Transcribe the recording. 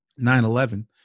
9-11